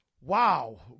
Wow